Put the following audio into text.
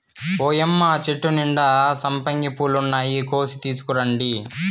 ఓయ్యమ్మ చెట్టు నిండా సంపెంగ పూలున్నాయి, కోసి తీసుకురండి